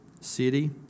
city